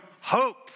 hope